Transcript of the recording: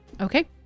Okay